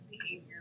behavior